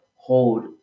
Hold